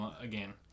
again